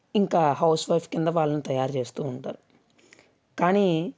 ఇంక హౌస్వైఫ్ క్రింద వాళ్ళు తయారు చేస్తూ ఉంటారు కానీ